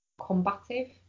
combative